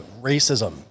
racism